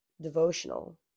devotional